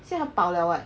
现在饱 liao leh